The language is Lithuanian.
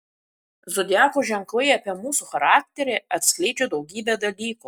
zodiako ženklai apie mūsų charakterį atskleidžią daugybę dalykų